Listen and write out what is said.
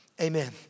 amen